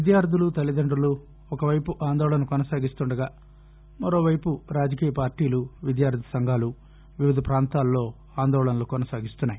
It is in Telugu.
విద్యార్థులు తల్లిదండులు ఒకవైపు ఆందోళన కొనసాగిస్తుండగా మరోవైపు రాజకీయ పార్టీలు విద్యార్థి సంఘాలు వివిధ ప్రాంతాల్లో ఆందోళలనలను కొనసాగిస్తున్నాయి